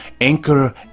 Anchor